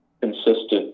consistent